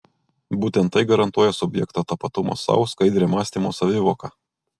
būtent tai garantuoja subjekto tapatumą sau skaidrią mąstymo savivoką